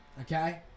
Okay